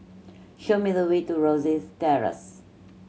show me the way to Rosyth Terrace